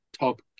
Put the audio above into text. Top